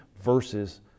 versus